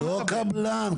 לא קבלן.